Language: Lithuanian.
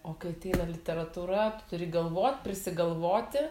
o kai ateina literatūra tu turi galvot prisigalvoti